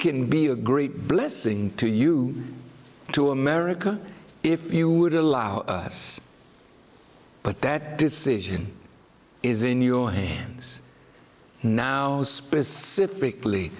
can be a great blessing to you to america if you would allow us but that decision is in your hands now specific